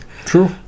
True